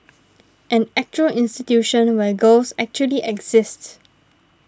an actual institution where girls actually exist